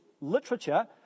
literature